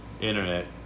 Internet